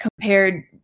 compared